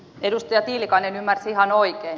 edustaja tiilikainen ymmärsi ihan oikein